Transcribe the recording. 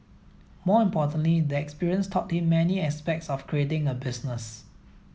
more importantly the experience taught him many aspects of creating a business